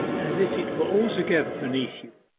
as if it were altogether beneath you.